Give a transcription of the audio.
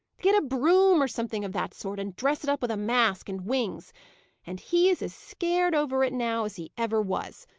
get a broom or something of that sort, and dress it up with a mask and wings and he is as scared over it now as he ever was.